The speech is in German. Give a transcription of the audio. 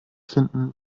finden